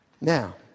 Now